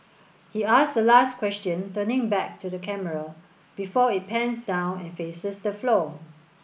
he asks the last question turning back to the camera before it pans down and faces the floor